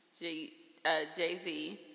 Jay-Z